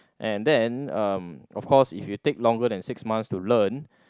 and then uh of course if you take longer than six months to learn